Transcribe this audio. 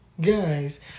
Guys